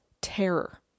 terror